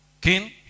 King